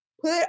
put